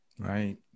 Right